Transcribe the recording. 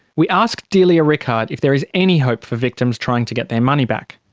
we asked delia rickard if there is any hope for victims trying to get their money back.